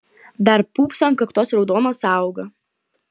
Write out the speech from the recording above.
dar pūpso ant kaktos raudona sąauga